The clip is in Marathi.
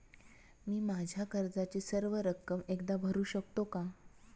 मी माझ्या कर्जाची सर्व रक्कम एकदा भरू शकतो का?